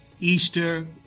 Easter